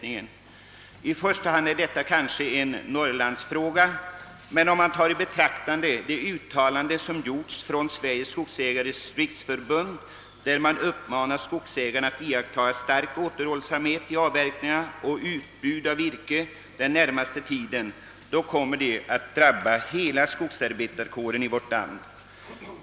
I första hand är detta kanske en norrlandsfråga, men om skogsägarna följer den rekommendation som utfärdats från Sveriges skogsägares riksförbund, vari skogsägarna uppmanas att iaktta stark återhållsamhet i fråga om avverkningar och utbud av virke under den närmaste tiden, kommer dessa åtgärder att drabba hela skogsarbetarkåren i vårt land.